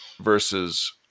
versus